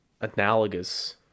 analogous